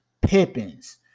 Pippins